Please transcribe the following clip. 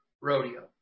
rodeo